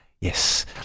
yes